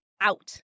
out